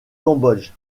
cambodge